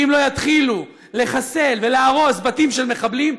ואם לא יתחילו לחסל ולהרוס בתים של מחבלים,